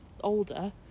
older